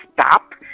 stop